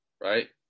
right